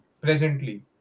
presently